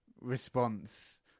response